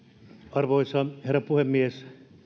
arvoisa herra puhemies